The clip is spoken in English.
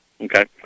Okay